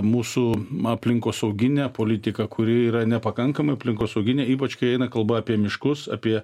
mūsų aplinkosauginę politiką kuri yra nepakankamai aplinkosauginė ypač kai eina kalba apie miškus apie